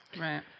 Right